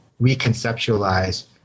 reconceptualize